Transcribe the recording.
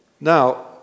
Now